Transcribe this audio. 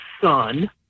son